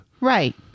Right